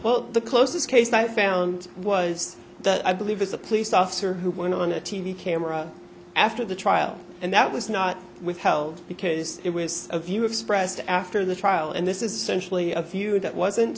well the closest case i found was that i believe it's a police officer who went on a t v camera after the trial and that was not withheld because it was a view expressed after the trial and this essentially a feud that wasn't